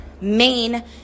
main